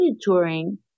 touring